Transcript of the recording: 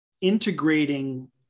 integrating